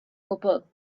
gwbl